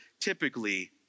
typically